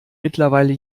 mittlerweile